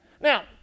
Now